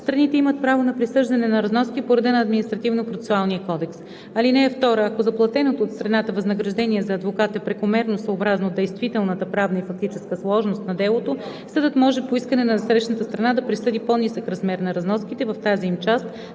съдът може по искане на насрещната страна да присъди по-нисък размер на разноските в тази им част,